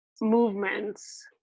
movements